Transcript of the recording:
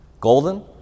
Golden